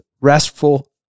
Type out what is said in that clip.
restful